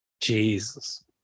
jesus